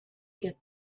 get